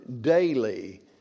daily